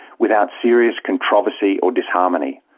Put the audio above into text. without serious controversy or disharmony.